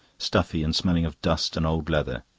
stuffy, and smelling of dust and old leather.